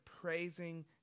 praising